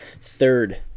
third